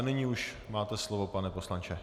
Nyní už máte slovo, pane poslanče.